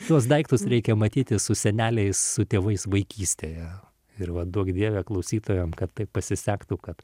tuos daiktus reikia matyti su seneliais su tėvais vaikystėje ir va duok dieve klausytojam kad taip pasisektų kad